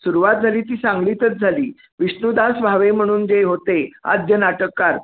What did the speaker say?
सुरुवात झाली ती सांगलीतच झाली विष्णुदास भावे म्हणून जे होते आद्य नाटककार